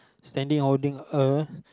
standing holding a